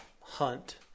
hunt